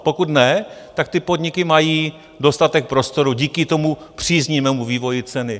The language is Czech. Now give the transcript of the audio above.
Pokud ne, tak ty podniky mají dostatek prostoru díky příznivému vývoji ceny.